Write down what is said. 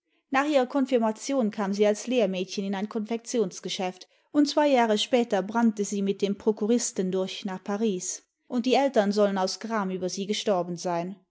ihrer konfirmation kam sie als lehrmädchen in ein konfektionsgeschäft und zwei jahre später brannte sie mit dem prokuristen durch nach paris und die eltern sollen aus gram über sie gestorben sein